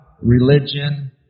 Religion